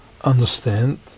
understand